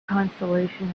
consolation